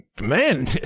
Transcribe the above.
man